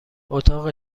اتاق